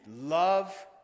love